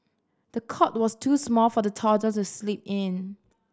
the cot was too small for the toddler to sleep in